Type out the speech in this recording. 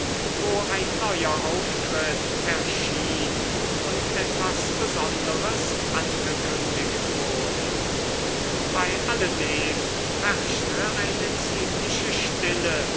wo ein neuer auftritt erschien und etwas besonderes angekündigt wurde bei alledem herrschte eine ziemliche stille